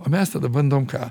o mes tada bandom ką